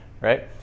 right